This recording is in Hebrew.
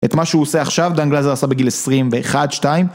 את מה שהוא עושה עכשיו, דן גלזר עשה בגיל עשרים ואחת שתיים